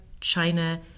China